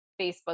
Facebook